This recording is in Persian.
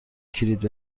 کلید